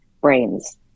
brains